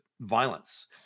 violence